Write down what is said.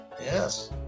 yes